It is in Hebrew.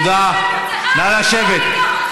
תודה, נא לשבת.